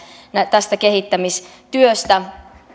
tästä kehittämistyöstä